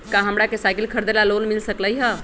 का हमरा के साईकिल खरीदे ला लोन मिल सकलई ह?